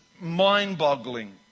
mind-boggling